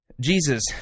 Jesus